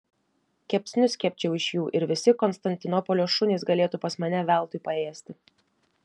kepsnius kepčiau iš jų ir visi konstantinopolio šunys galėtų pas mane veltui paėsti